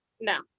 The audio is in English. no